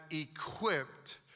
equipped